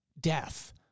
Death